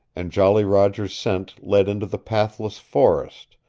and jolly roger's scent led into the pathless forest,